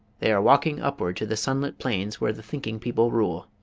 they are walking upward to the sunlit plains where the thinking people rule.